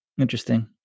Interesting